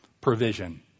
provision